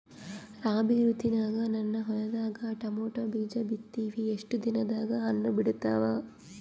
ರಾಬಿ ಋತುನಾಗ ನನ್ನ ಹೊಲದಾಗ ಟೊಮೇಟೊ ಬೀಜ ಬಿತ್ತಿವಿ, ಎಷ್ಟು ದಿನದಾಗ ಹಣ್ಣ ಬಿಡ್ತಾವ?